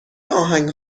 آهنگ